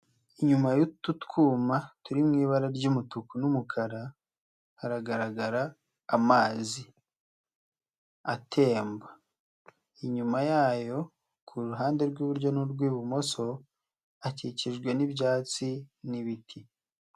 Inyuma y'utu twuma turi mu ibara ry'umutuku n'umukara, haragaragara amazi atemba. Inyuma yayo ku ruhande rw'iburyo n'urw'ibumoso, akikijwe n'ibyatsi n'ibiti.